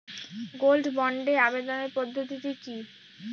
Gold বন্ডে আবেদনের পদ্ধতিটি কি?